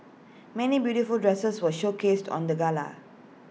many beautiful dresses were showcased on the gala